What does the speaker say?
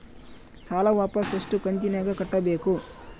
ಸಾಲ ವಾಪಸ್ ಎಷ್ಟು ಕಂತಿನ್ಯಾಗ ಕಟ್ಟಬೇಕು?